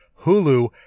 Hulu